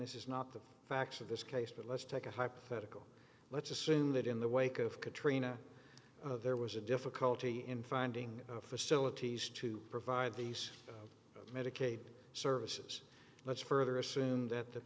this is not the facts of this case but let's take a hypothetical let's assume that in the wake of katrina there was a difficulty in finding facilities to provide these medicaid services let's further assume that th